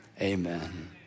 amen